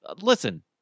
Listen